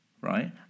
right